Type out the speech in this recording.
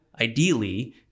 ideally